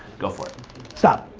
go for it. stop.